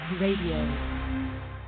radio